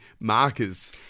markers